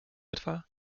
etwa